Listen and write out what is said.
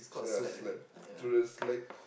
ah slide through the slide